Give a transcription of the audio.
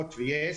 הוט ויס,